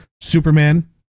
superman